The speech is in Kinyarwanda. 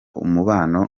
umubano